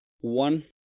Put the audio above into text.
one